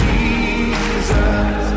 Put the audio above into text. Jesus